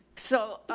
so,